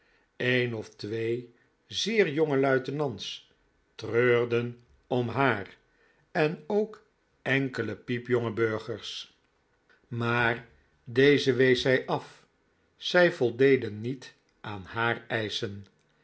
een of twee zeer jonge luitenants treurden om haar en ook enkele piepjonge burgers maar deze wees zij af zij voldeden niet aan haar eischen